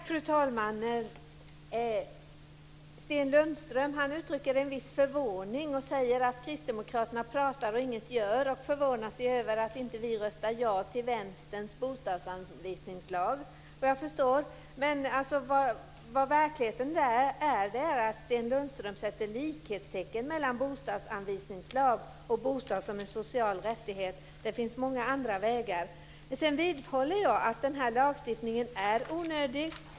Fru talman! Sten Lundström uttrycker en viss förvåning. Han säger att Kristdemokraterna pratar och ingeting gör och förvånas över att vi inte röstar ja till Vänsterns bostadsanvisningslag vad jag förstår. Verkligheten är att Sten Lundström sätter likhetstecken mellan bostadsanvisningslag och bostad som en social rättighet. Det finns många andra vägar. Sedan vidhåller jag att den här lagstiftningen är onödig.